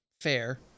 fair